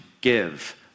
give